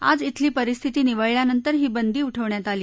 आज वेली परिस्थिती निवळल्यानंतर ही बंदी उठवण्यात आली